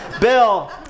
Bill